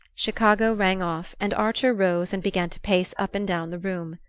chicago rang off, and archer rose and began to pace up and down the room.